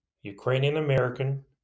Ukrainian-American